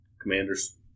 Commanders